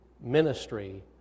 ministry